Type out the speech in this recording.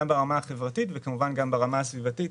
גם ברמה החברתית וכמובן גם ברמה הסביבתית.